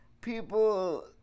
people